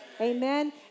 Amen